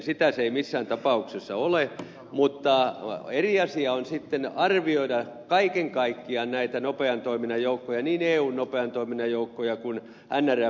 sitä se ei missään tapauksessa ole mutta eri asia on sitten arvioida kaiken kaikkiaan näitä nopean toiminnan joukkoja niin eun nopean toiminnan joukkoja kuin nrfääkin